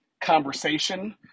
conversation